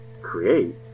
create